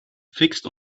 fixed